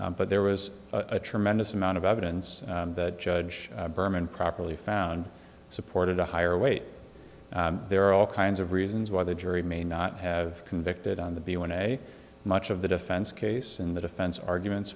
charge but there was a tremendous amount of evidence that judge berman properly found supported a higher weight there are all kinds of reasons why the jury may not have convicted on the b one day much of the defense case in the defense arguments